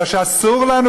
אלא שאסור לנו,